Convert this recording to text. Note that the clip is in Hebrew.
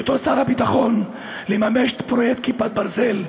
בהיותו שר הביטחון, לממש את פרויקט כיפת ברזל.